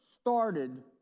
started